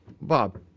Bob